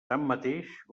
tanmateix